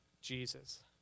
Jesus